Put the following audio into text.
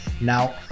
Now